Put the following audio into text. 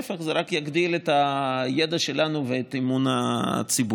להפך, זה רק יגדיל את הידע שלנו ואת אמון הציבור.